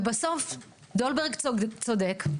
ובסוף, דולברג צודק,